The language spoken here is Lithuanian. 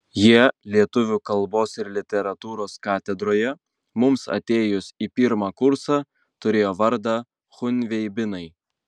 jie lietuvių kalbos ir literatūros katedroje mums atėjus į pirmą kursą turėjo vardą chunveibinai